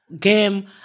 game